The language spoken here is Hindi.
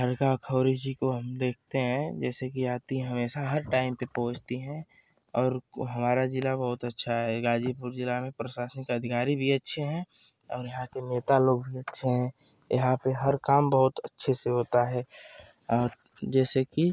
अरका खौरी जी को हम देखते हैं जैसे कि आती हैं हमेशा हर टाइम पर पहुँचती है और हमारा ज़िला बहुत अच्छा है गाजीपुर ज़िला में प्रशासन के अधिकारी भी अच्छे हैं और यहाँ के नेता लोग भी अच्छे हैं यहाँ पर हर काम बहुत अच्छे से होता है और जैसे कि